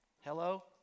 Hello